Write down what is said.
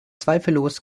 zweifellos